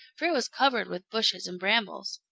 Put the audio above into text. for it was covered with bushes and brambles.